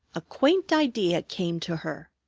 a quaint idea came to her.